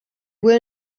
will